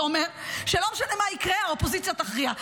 זה אומר שלא משנה מה יקרה, האופוזיציה תכריע.